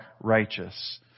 righteous